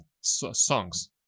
songs